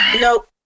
nope